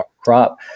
crop